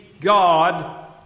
God